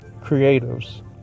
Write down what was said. creatives